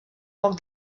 poc